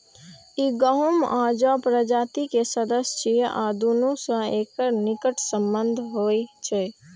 ई गहूम आ जौ प्रजाति के सदस्य छियै आ दुनू सं एकर निकट संबंध होइ छै